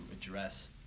address